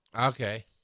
Okay